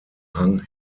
hang